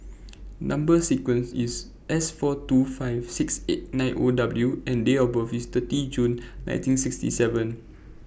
Number sequence IS S four two five six eight nine O W and Date of birth IS thirty June nineteen sixty seven